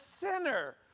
sinner